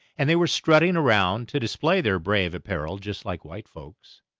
and they were strutting around to display their brave apparel just like white folks.